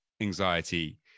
anxiety